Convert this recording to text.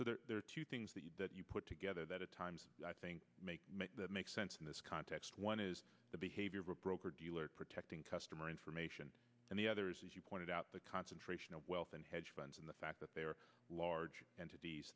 so there are two things that you that you put together that at times i think make make that make sense in this context one is the behavior of a broker dealer protecting customer information and the others as you pointed out the concentration of wealth and hedge funds and the fact that they are large